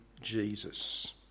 Jesus